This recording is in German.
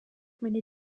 meine